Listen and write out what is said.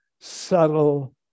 subtle